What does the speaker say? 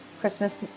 Christmas